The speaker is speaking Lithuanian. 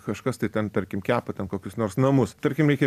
kažkas tai ten tarkim kepa ten kokius nors namus tarkim reikia